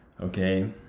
Okay